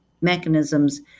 mechanisms